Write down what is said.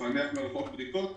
ולפענח בדיקות מרחוק.